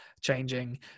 changing